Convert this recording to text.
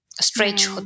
stretch